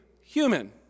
Human